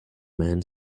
man